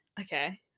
Okay